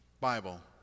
Bible